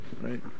Right